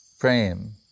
frame